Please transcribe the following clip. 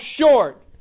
short